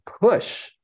push